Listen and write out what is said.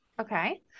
Okay